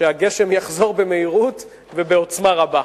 שהגשם יחזור במהירות ובעוצמה רבה.